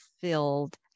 filled